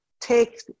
take